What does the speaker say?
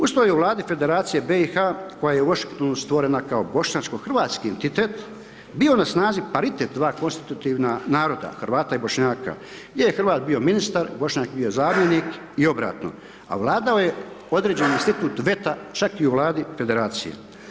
Uz to je u Vladi Federacije BiH koja je u Washingtonu stvorena kao bošnjačko-hrvatski entitet bio na snazi paritet dva konstitutivna naroda, Hrvata i Bošnjaka, gdje je Hrvat bio ministar, Bošnjak bio zamjenik i obratno, a vladao je određeni institut veta čak i u vladi federacije.